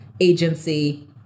agency